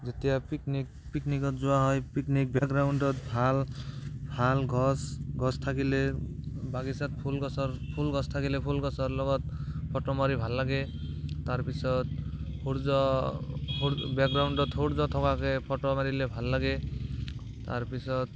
যেতিয়া পিকনিক পিকনিকত যোৱা হয় পিকনিক ব্ৰেকগ্ৰাউণ্ডত ভাল ভাল গছ গছ থাকিলে বাগিচাত ফুল গছৰ ফুল গছ থাকিলে ফুল গছৰ লগত ফটো মাৰি ভাল লাগে তাৰ পিছত সূৰ্য সূ বেকগ্ৰাউণ্ডত সূৰ্য থকাকৈ ফটো মাৰিলে ভাল লাগে তাৰ পিছত